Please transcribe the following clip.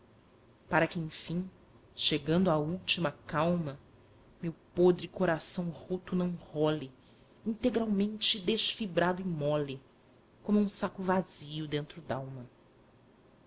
para que enfim chegando à última calma meu podre coração roto não role integralmente desfibrado e mole como um saco vazio dentro dalma